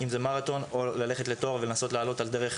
אם זה מרתון או ללכת לתואר ולנסות לעלות על דרך,